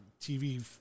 TV